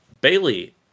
Bailey